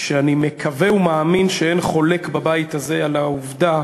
שאני מקווה ומאמין שאין חולק בבית הזה על העובדה